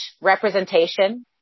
representation